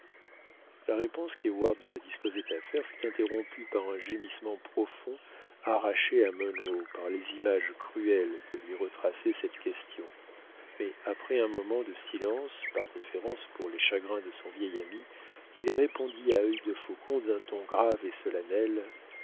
la réponse qu'heyward se disposait à faire fut interrompue par un gémissement profond arraché à munro par les images cruelles que lui retraçait cette question mais après un moment de silence par déférence pour les chagrins de son vieil ami il répondit à œil de faucon d'un ton grave et solennel